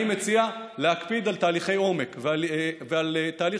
אני מציע להקפיד על תהליכי עומק ועל תהליך